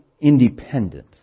independent